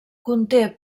conté